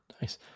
nice